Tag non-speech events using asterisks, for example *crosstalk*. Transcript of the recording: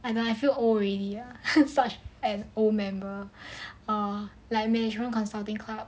and I feel old already ah such an old member *noise* err like management consulting club